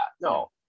no